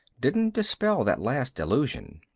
didn't dispel that last illusion.